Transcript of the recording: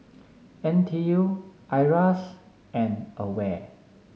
N T U Iras and Aware